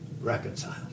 reconciled